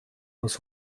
aus